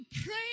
pray